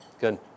good